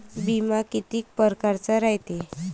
बिमा कितीक परकारचा रायते?